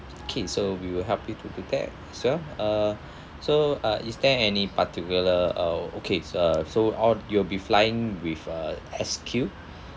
okay so we will help you to prepare as well uh so uh is there any particular uh okay s~ uh so all you'll be flying with uh S_Q